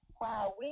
Wow